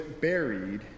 buried